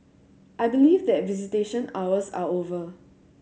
I believe that visitation hours are over